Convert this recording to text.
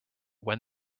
when